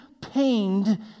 pained